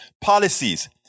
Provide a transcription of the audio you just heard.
policies